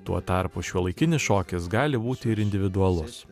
tuo tarpu šiuolaikinis šokis gali būti ir individualus